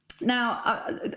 Now